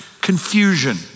confusion